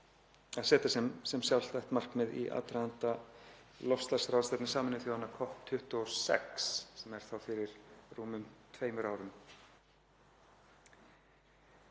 að setja sem sjálfstætt markmið í aðdraganda loftslagsráðstefnu Sameinuðu þjóðanna COP26 fyrir rúmum tveimur árum.